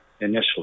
initially